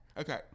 Okay